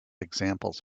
examples